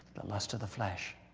lust of the flesh,